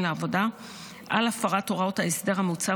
לעבודה על הפרת הוראות ההסדר המוצע,